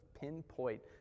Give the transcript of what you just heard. pinpoint